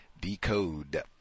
Decode